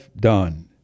done